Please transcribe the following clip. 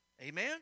Amen